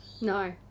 No